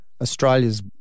Australia's